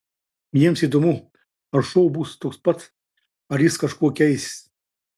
jiems įdomu ar šou bus toks pats ar jis kažkuo keisis